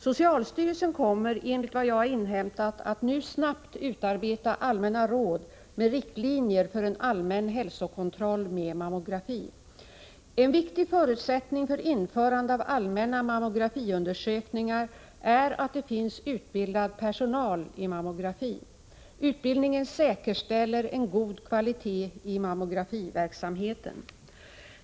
Socialstyrelsen kommer, enligt vad jag har inhämtat, att nu snabbt utarbeta allmänna råd med riktlinjer för en allmän hälsokontroll med mammografi. En viktig förutsättning för införande av allmänna mammografiundersökningar är att det finns utbildad personal i mammografi. Utbildningen säkerställer en god kvalitet i mammografiverksamheten.